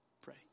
pray